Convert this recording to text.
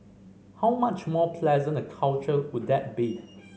how much more pleasant a culture would that be